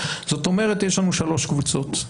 זאת אומרת יש לנו שלוש קבוצות,